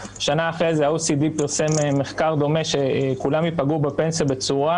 שנה אחרי זה ה-OECD פרסם מחקר דומה שכולם ייפגעו בפנסיה בתשואה